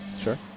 Sure